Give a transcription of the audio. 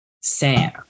Sam